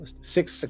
Six